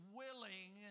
willing